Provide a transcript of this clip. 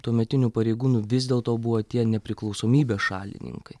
tuometinių pareigūnų vis dėlto buvo tie nepriklausomybės šalininkai